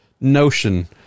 notion